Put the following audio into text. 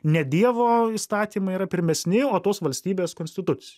ne dievo įstatymai yra pirmesni o tos valstybės konstitucija